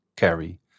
carry